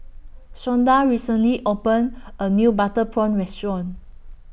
Shonda recently opened A New Butter Prawn Restaurant